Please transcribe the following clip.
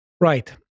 Right